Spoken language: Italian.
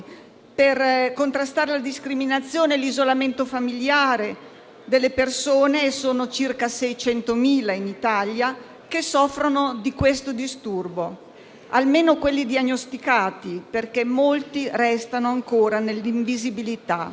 per contrastare la discriminazione e l'isolamento familiare delle persone. Sono circa 600.000 in Italia a soffrire di questo disturbo, almeno quelli diagnosticati, perché molti restano ancora nell'invisibilità.